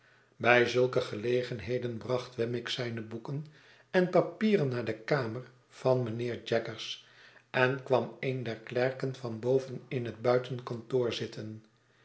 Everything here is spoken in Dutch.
bij zulke gelegenheden bracht wemmick zijne boeken en papieren naar de kamer van mijnheer jaggers en kwam een der klerken van boven in het buitenkantoor zitten